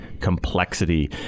complexity